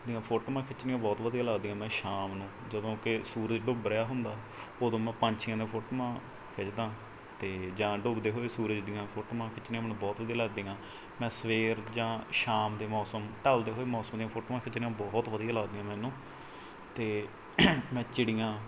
ਦੀਆਂ ਫੋਟੋਆਂ ਖਿੱਚਣੀਆਂ ਬਹੁਤ ਵਧੀਆ ਲੱਗਦੀਆਂ ਮੈਂ ਸ਼ਾਮ ਨੂੰ ਜਦੋਂ ਕਿ ਸੂਰਜ ਡੁੱਬ ਰਿਹਾ ਹੁੰਦਾ ਉਦੋਂ ਮੈਂ ਪੰਛੀਆਂ ਨਾਲ ਫੋਟੋਆਂ ਖਿੱਚਦਾ ਅਤੇ ਜਾਂ ਡੁੱਬਦੇ ਹੋਏ ਸੂਰਜ ਦੀਆਂ ਫੋਟੋਆਂ ਖਿੱਚਣੀਆਂ ਮੈਨੂੰ ਬਹੁਤ ਵਧੀਆ ਲੱਗਦੀਆਂ ਮੈਂ ਸਵੇਰ ਜਾਂ ਸ਼ਾਮ ਦੇ ਮੌਸਮ ਢਲਦੇ ਹੋਏ ਮੌਸਮ ਦੀਆਂ ਫੋਟੋਆਂ ਖਿੱਚਣੀਆਂ ਬਹੁਤ ਵਧੀਆ ਲੱਗਦੀਆਂ ਮੈਨੂੰ ਅਤੇ ਮੈਂ ਚਿੜੀਆਂ